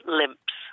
limps